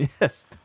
Yes